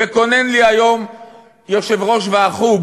וקונן לי היום יושב-ראש ועדת החוץ